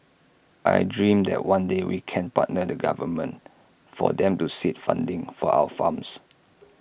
I dream that one day we can partner the government for them to seed funding for our farms